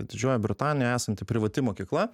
didžiojoj britanijoj esanti privati mokykla